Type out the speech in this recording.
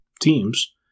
teams